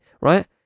right